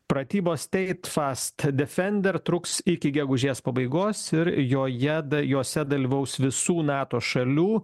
pratybos steit fast defender truks iki gegužės pabaigos ir joje da jose dalyvaus visų nato šalių